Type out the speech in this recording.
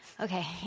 Okay